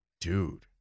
Dude